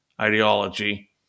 ideology